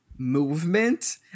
movement